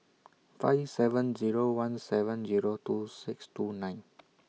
five seven Zero one seven Zero two six two nine